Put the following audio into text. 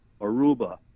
Aruba